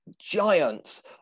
giants